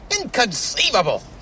Inconceivable